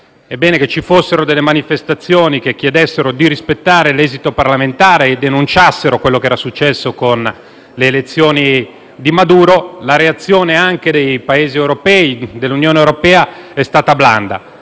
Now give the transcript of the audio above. parlamentare, ci fossero delle manifestazioni che chiedessero di rispettare l'esito parlamentare e denunciassero quanto era accaduto con le elezioni di Maduro. La reazione dei Paesi europei e dell'Unione europea è stata blanda.